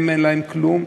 הם, אין להם כלום,